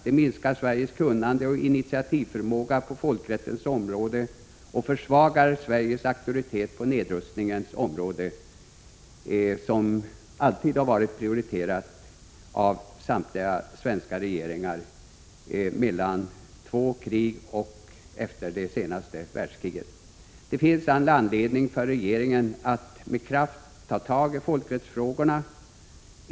Det minskar Sveriges kunnande och initiativförmåga på folkrättens område och försvagar Sveriges auktoritet på nedrustningens område, som alltid har varit prioriterat av samtliga svenska regeringar — mellan två krig och efter det senaste världskriget. Det finns all anledning för regeringen att med kraft ta tagifolkrättsfrågorna.